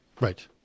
Right